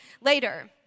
later